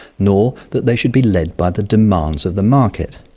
nor that they should be led by the demands of the market.